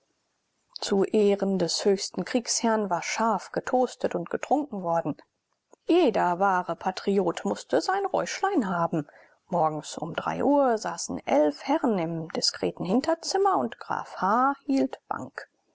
zu ehren des höchsten kriegsherrn war scharf getoastet und getrunken worden jeder wahre patriot mußte sein räuschlein haben morgens um drei uhr saßen elf herren im diskreten hinterzimmer und graf h hielt bank